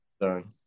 done